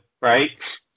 right